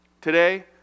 today